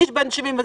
אדם בן 70,